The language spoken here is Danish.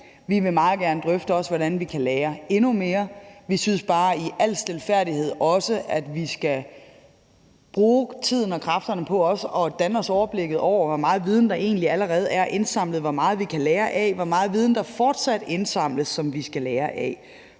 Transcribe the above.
vi også meget gerne vil drøfte, hvordan vi kan lære endnu mere, men at vi i al stilfærdighed også bare synes, at vi skal bruge tiden og kræfterne på at danne os overblikket over, hvor meget viden der egentlig allerede er indsamlet, hvor meget vi kan lære af det, og hvor meget viden der fortsat indsamles, som vi skal lære af.